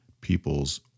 people's